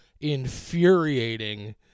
infuriating